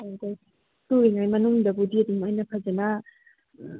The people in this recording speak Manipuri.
ꯑꯗꯨꯗꯒꯤ ꯁꯨꯔꯤꯉꯩ ꯃꯅꯨꯡꯗꯗꯤ ꯑꯗꯨꯝ ꯑꯩꯅ ꯐꯖꯅ